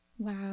Wow